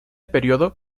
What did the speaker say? período